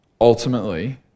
ultimately